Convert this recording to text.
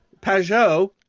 Pajot